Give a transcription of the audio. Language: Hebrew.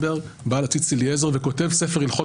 קודם כל,